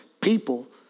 people